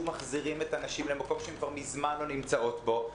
מחזירים את הנשים למקום שהן כבר מזמן לא נמצאות בו,